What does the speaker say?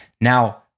Now